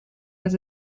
met